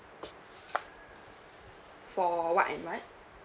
for what and what